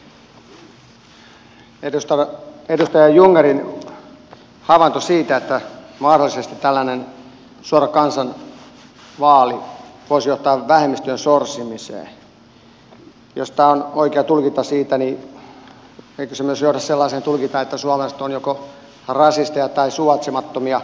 kun edustaja jungnerilla oli havainto siitä että mahdollisesti tällainen suora kansanvaali voisi johtaa vähemmistöjen sorsimiseen niin jos tämä on oikea tulkinta niin eikö se myös johda sellaiseen tulkintaan että suomalaiset ovat joko rasisteja tai suvaitsemattomia